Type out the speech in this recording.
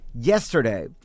Yesterday